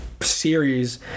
series